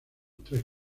tres